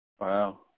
Wow